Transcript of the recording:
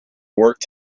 worked